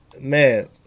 Man